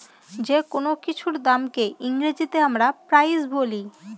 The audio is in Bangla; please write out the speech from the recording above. যেকোনো কিছুর দামকে ইংরেজিতে আমরা প্রাইস বলি